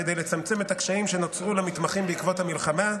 כדי לצמצם את הקשיים שנוצרו למתמחים בעקבות המלחמה,